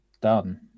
done